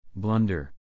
blunder